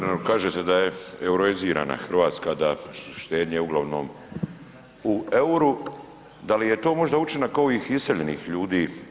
Guverneru kažete da je euroizirana Hrvatska, da su štednje uglavnom u euru, da li je to možda učinak ovih iseljenih ljudi?